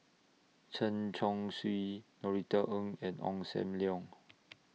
Chen Chong Swee Norothy Ng and Ong SAM Leong